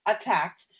attacked